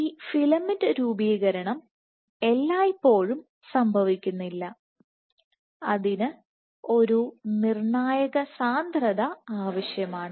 ഈ ഫിലമെന്റ് രൂപീകരണം എല്ലായ്പ്പോഴും സംഭവിക്കുന്നില്ല അതിന് ഒരു നിർണായക സാന്ദ്രത ആവശ്യമാണ്